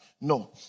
No